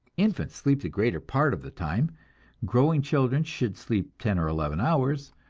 infants sleep the greater part of the time growing children should sleep ten or eleven hours,